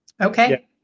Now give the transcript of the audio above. Okay